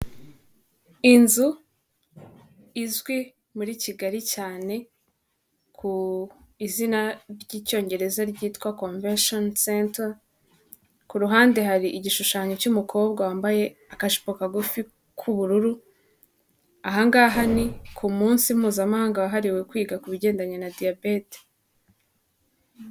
Inzu izwi muri Kigali cyane ku izina ry'icyongereza ryitwa Convention Center, ku ruhande hari igishushanyo cy'umukobwa wambaye akajipo kagufi k'ubururu, aha ngaha ni ku munsi mpuzamahanga wahariwe kwiga ku bigendanye na diyabete.